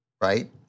right